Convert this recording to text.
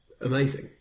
Amazing